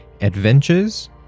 adventures